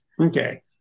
Okay